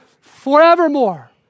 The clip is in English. forevermore